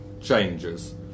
changes